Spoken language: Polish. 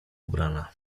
ubrana